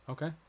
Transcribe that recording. Okay